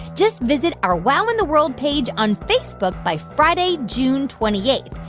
just visit our wow in the world page on facebook by friday, june twenty eight,